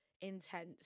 intense